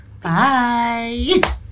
Bye